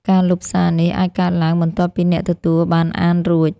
ការលុបសារនេះអាចកើតឡើង បន្ទាប់ពីអ្នកទទួលបានអានរួច។